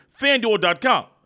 FanDuel.com